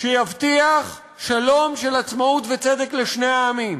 שיבטיח שלום של עצמאות וצדק לשני העמים.